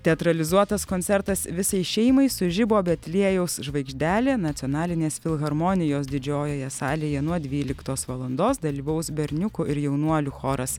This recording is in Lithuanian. teatralizuotas koncertas visai šeimai sužibo betliejaus žvaigždelė nacionalinės filharmonijos didžiojoje salėje nuo dvyliktos valandos dalyvaus berniukų ir jaunuolių choras